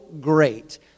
great